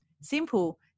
Simple